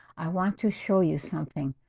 i want to show you something.